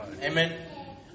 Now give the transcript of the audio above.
amen